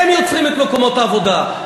הם יוצרים את מקומות העבודה,